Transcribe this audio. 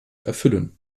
erfüllen